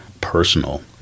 personal